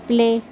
play